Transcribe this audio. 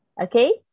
Okay